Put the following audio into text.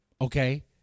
Okay